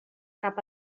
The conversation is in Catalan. cap